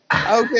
Okay